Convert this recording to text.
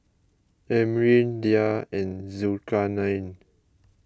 Amrin Dhia and Zulkarnain